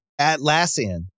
Atlassian